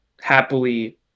happily